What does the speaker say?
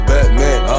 Batman